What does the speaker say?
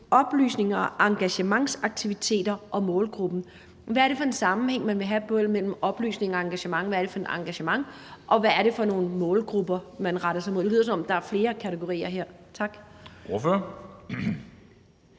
oplysning, engagementsaktiviteter og målgruppen. Hvad er det for en sammenhæng, man vil have mellem oplysning og engagement, hvad er det for et engagement, og hvad er det for nogle målgrupper, man retter sig mod? Det lyder, som om der er flere kategorier her. Tak. Kl.